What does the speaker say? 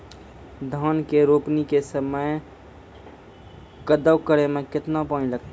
धान के रोपणी के समय कदौ करै मे केतना पानी लागतै?